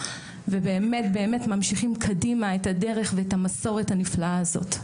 ובאמת באמת ממשיכים קדימה את הדרך ואת המסורת הנפלאה הזאת.